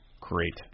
great